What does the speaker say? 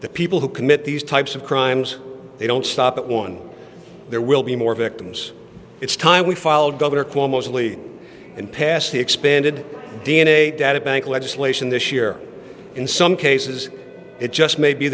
the people who commit these types of crimes they don't stop at one there will be more victims it's time we followed governor cuomo sadly and passed the expanded d n a data bank legislation this year in some cases it just may be